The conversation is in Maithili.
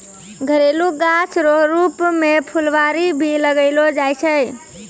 घरेलू गाछ रो रुप मे फूलवारी भी लगैलो जाय छै